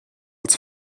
its